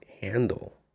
handle